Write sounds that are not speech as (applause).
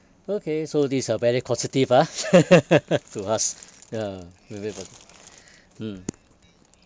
okay so this is a very positive ah (laughs) to us ya (breath) mm